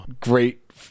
great